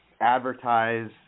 advertise